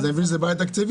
אני מבין שזאת בעיה תקציבית,